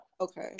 Okay